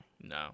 No